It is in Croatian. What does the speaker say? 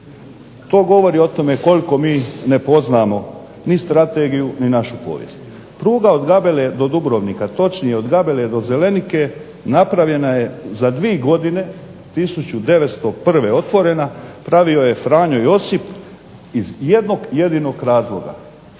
to govori o tome koliko mi ne poznamo ni strategiju ni našu korist. Pruga od Gabele do Dubrovnika, točnije od Gabele do Zelenike napravljena je za dvije godine, 1901. otvorena, pravio je Franjo Josip iz jednog jedinog razloga,